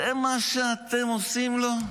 זה מה שאתם עושים לו?